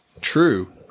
true